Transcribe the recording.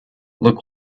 look